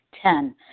Ten